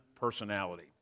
personality